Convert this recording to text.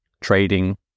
trading